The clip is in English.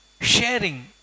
sharing